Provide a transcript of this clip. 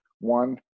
one